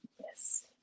yes